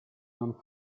non